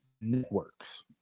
networks